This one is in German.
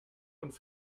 und